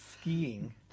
Skiing